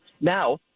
Now